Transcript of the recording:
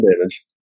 damage